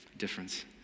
difference